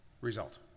result